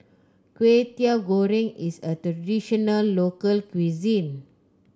Kway Teow Goreng is a traditional local cuisine